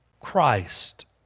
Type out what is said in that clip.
Christ